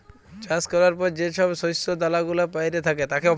চাষ ক্যরার পর যে ছব শস্য দালা গুলা প্যইড়ে থ্যাকে